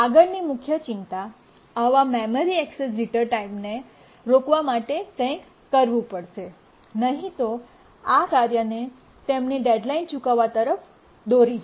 આગળની મુખ્ય ચિંતા આવા મેમરી ઍક્સેસ જીટર ટાઇમને રોકવા માટે કંઇક કરવું પડેશે નહીં તો આ કાર્યને તેમની ડેડ્લાઇન ચૂકવવા તરફ દોરી જશે